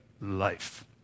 life